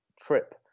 trip